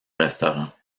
restaurant